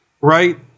right